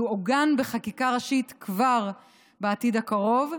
יעוגן בחקיקה ראשית כבר בעתיד הקרוב,